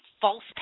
false